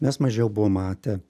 mes mažiau buvom matę